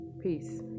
Peace